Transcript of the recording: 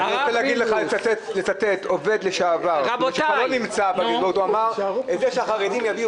והאוצר אומר: תעשו את התיקון במסגרת הנוסחה של 31,5. אבל היום מביאים